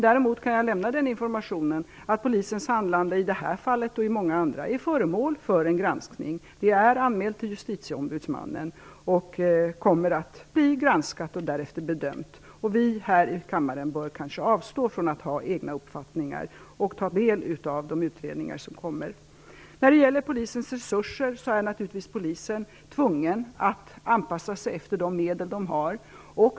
Däremot kan jag lämna den informationen att polisens handlande i det här fallet och i många andra fall är föremål för en granskning. Det är anmält till justitieombudsmannen och kommer att bli granskat och därefter bedömt. Vi här i kammaren bör kanske avstå från att ha egna uppfattningar och ta del av de utredningar som kommer. När det gäller Polisens resurser är Polisen naturligtvis tvungen att anpassa sig efter de medel de har.